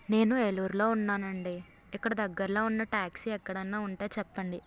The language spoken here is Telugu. నేను ఏలూరులో ఉన్నానండి ఇక్కడ దగ్గరలో ఉన్న టాక్సీ ఎక్కడన్నా ఉంటే చెప్పండి